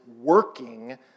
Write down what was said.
working